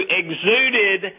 exuded